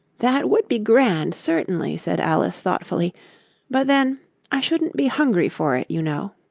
that would be grand, certainly said alice thoughtfully but then i shouldn't be hungry for it, you know